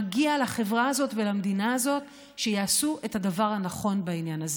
מגיע לחברה הזאת ולמדינה הזאת שיעשו את הדבר הנכון בעניין הזה.